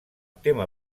tema